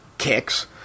kicks